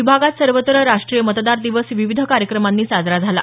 विभागात सर्वत्र राष्ट्रीय मतदार दिवस विविध कार्यक्रमांनी साजरा झाला